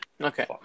Okay